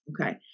Okay